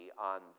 on